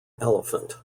elephant